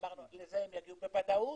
אמרנו: לזה הם יגיעו בוודאות,